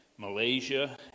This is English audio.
Malaysia